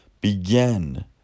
begin